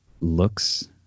looks